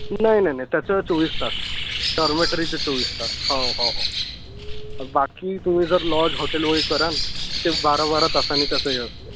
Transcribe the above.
नाही नाही नाही त्याचं चोवीस तास डॉरमेटरीचं चोवीस तास हाव हाव बाकी तुम्ही जर लॉज हॉटेल वगैरे करान ते बारा बारा तासानी त्याचं हे असते